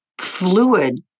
fluid